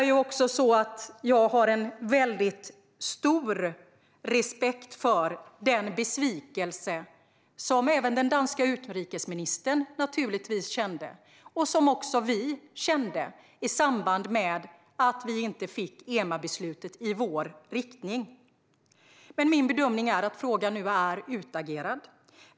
Jag har stor respekt för den besvikelse som den danska utrikesministern naturligtvis kände och som också vi kände i samband med att EMA-beslutet inte gick i vår riktning. Men min bedömning är att frågan nu är utagerad.